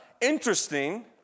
interesting